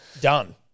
Done